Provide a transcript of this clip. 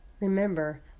remember